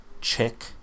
chick